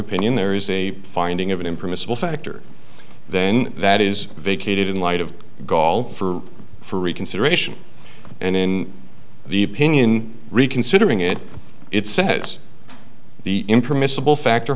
opinion there is a finding of an impermissible factor then that is vacated in light of golf or for reconsideration and in the opinion reconsidering it it sets the impermissible factor